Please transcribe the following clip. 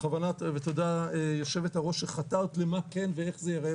תודה יושבת הראש שחתרת למה כן ואיך זה ייראה